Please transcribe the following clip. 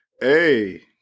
Hey